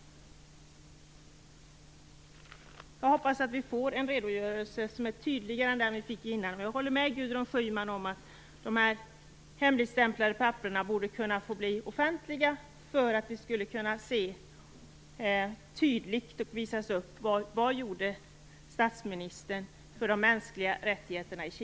Jag hoppas att vi får en redogörelse som är tydligare än den vi tidigare fått. Jag håller med Gudrun Schyman om att de hemligstämplade papperen borde kunna få bli offentliga, så att vi tydligt kan se vad statsministern gjorde för de mänskliga rättigheterna i